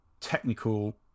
technical